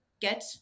get